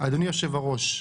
אדוני יושב הראש,